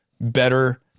better